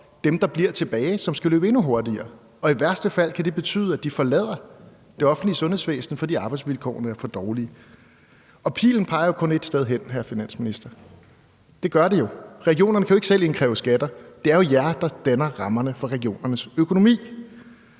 dem, der bliver tilbage, som skal løbe endnu hurtigere, og i værste fald kan det betyde, at de forlader det offentlige sundhedsvæsen, fordi arbejdsvilkårene er for dårlige. Og pilen peger kun ét sted hen, hr. finansminister. Det gør den. Regionerne kan ikke selv indkræve skatter. Det er jo jer, der danner rammerne for regionernes økonomi.